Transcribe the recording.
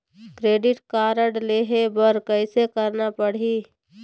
Credit card लेहे बर कैसे करना पड़ही?